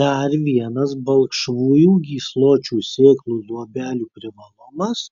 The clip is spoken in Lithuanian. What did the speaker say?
dar vienas balkšvųjų gysločių sėklų luobelių privalumas